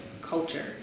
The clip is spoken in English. culture